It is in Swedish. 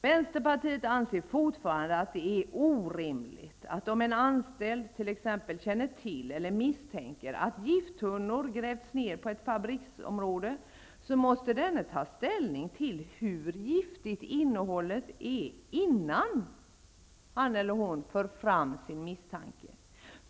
Vänsterpartiet anser fortfarande att det är orimligt att om en anställd t.ex. känner till eller misstänker att gifttunnor grävts ned på ett fabriksområde, måste denne ta ställning till hur giftigt innehållet är innan han för fram sin misstanke.